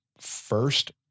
first